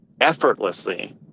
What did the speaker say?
effortlessly